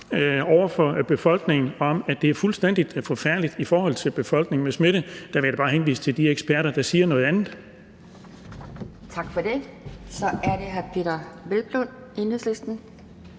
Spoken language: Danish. over for befolkningen, af, at det er fuldstændig forfærdeligt med smitte i forhold til befolkningen. Dér vil jeg da bare henvise til de eksperter, der siger noget andet.